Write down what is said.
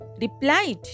replied